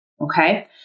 Okay